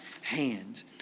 hand